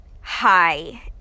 hi